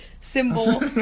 symbol